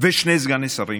ושני סגני שרים?